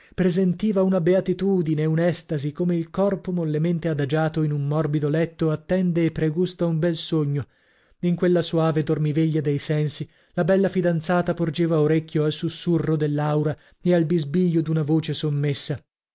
vene presentiva una beatitudine un'estasi come il corpo mollemente adagiato in un morbido letto attende e pregusta un bel sogno in quella soave dormiveglia dei sensi la bella fidanzata porgeva orecchio al susurro dell'aura e al bisbiglio d'una voce sommessa